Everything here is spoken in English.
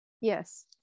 yes